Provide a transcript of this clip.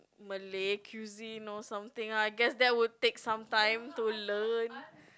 Malay cuisine or something I guess that would take some time to learn